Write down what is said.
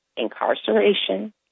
Incarceration